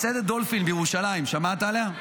מסעדת דולפין בירושלים, שמעת עליה?